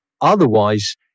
Otherwise